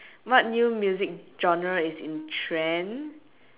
what new music genre is in trend